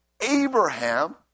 Abraham